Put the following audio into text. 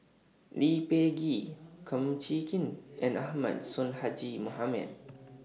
Lee Peh Gee Kum Chee Kin and Ahmad Sonhadji Mohamad